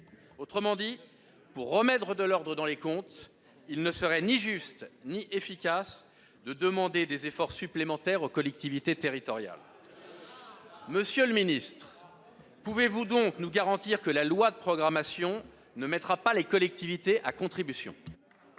Autrement dit, pour remettre de l'ordre dans les comptes, il ne serait ni juste ni efficace de demander des efforts supplémentaires aux collectivités territoriales. Monsieur le ministre, pouvez-vous nous garantir ... Oui, il le peut !... que la loi de programmation ne mettra pas les collectivités à contribution ?